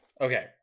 Okay